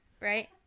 Right